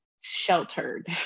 sheltered